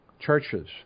churches